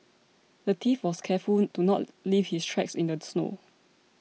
the thief was careful to not leave his tracks in the snow